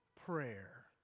Prayer